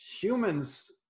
Humans